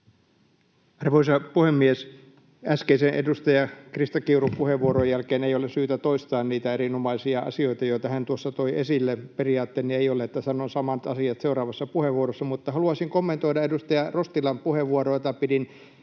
Arvoisa puhemies! Äskeisen edustaja Krista Kiurun puheenvuoron jälkeen ei ole syytä toistaa niitä erinomaisia asioita, joita hän tuossa toi esille. Periaatteeni ei ole, että sanon samat asiat seuraavassa puheenvuorossa. Mutta haluaisin kommentoida edustaja Rostilan puheenvuoroa, jota pidin